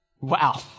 Wow